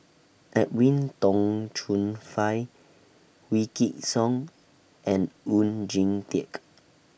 Edwin Tong Chun Fai Wykidd Song and Oon Jin Teik